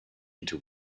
into